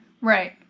Right